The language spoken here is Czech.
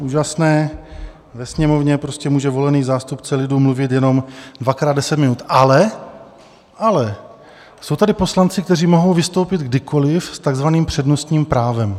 Úžasné, ve Sněmovně prostě může volený zástupce lidu mluvit jenom dvakrát 10 minut, ale jsou tady poslanci, kteří mohou vystoupit kdykoliv s takzvaným přednostním právem.